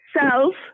self